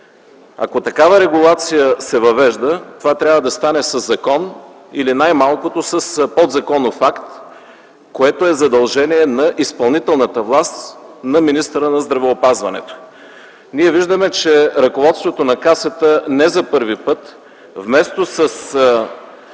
такава регулация, това трябва да стане със закон или най-малкото с подзаконов акт, което е задължение на изпълнителната власт, на министъра на здравеопазването. Ние виждаме, че ръководството на Касата не за първи път вместо с